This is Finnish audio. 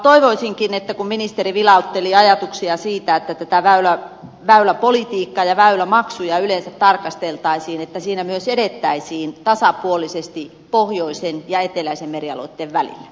toivoisinkin kun ministeri vilautteli ajatuksia siitä että tätä väyläpolitiikkaa ja väylämaksuja yleensä tarkasteltaisiin että siinä myös edettäisiin tasapuolisesti pohjoisten ja eteläisten merialueitten välillä